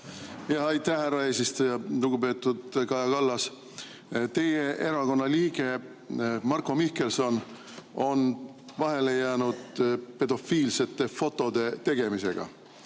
Aitäh, härra eesistuja! Lugupeetud Kaja Kallas! Teie erakonna liige Marko Mihkelson on vahele jäänud pedofiilsete fotode tegemisega.